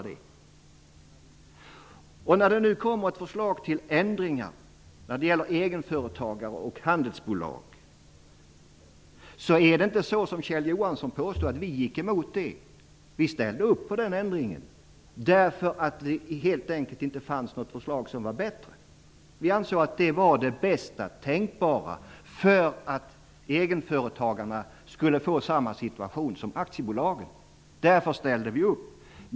Det kommer nu ett förslag till ändringar som berör egenföretagare och handelsbolag. Det är inte som Kjell Johansson påstår att vi gick emot det. Vi ställde upp på den ändringen, eftersom det helt enkelt inte fanns något förslag som var bättre. Vi ansåg att det var det bästa tänkbara förslaget för att egenföretagarna skulle få samma situation som aktiebolagen. Därför ställde vi upp.